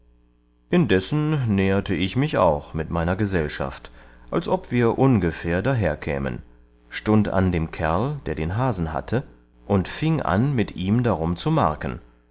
indessen näherte ich mich auch mit meiner gesellschaft als ob wir ungefähr daherkämen stund an dem kerl der den hasen hatte und fieng an mit ihm darum zu marken